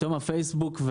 פתאום הפייסבוק,